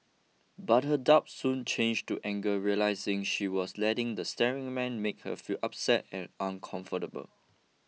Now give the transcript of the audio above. but her doubt soon changed to anger realising she was letting the staring man make her feel upset and uncomfortable